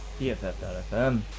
BFF.fm